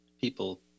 people